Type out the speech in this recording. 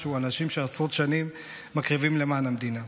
משהו לגבי אנשים שעשרות שנים מקריבים למען המדינה.